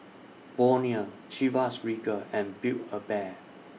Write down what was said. Bonia Chivas Regal and Build A Bear